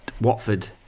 Watford